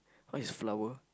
oh it's flower